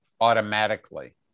automatically